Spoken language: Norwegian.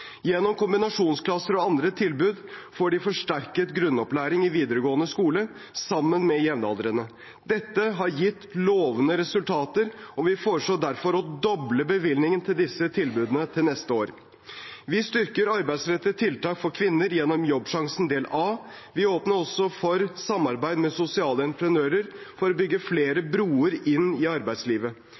Gjennom kombinasjonsklasser og andre tilbud får de forsterket grunnopplæring i videregående skole sammen med jevnaldrende. Dette har gitt lovende resultater, og vi foreslår derfor å doble bevilgningen til disse tilbudene neste år. Vi styrker arbeidsrettede tiltak for kvinner gjennom Jobbsjansen del A. Vi åpner også for samarbeid med sosiale entreprenører for å bygge flere broer inn i arbeidslivet.